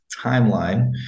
timeline